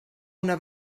una